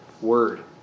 word